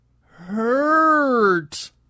hurt